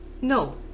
No